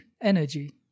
energy